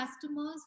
customers